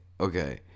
okay